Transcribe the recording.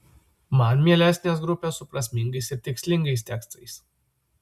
man mielesnės grupės su prasmingais ir tikslingais tekstais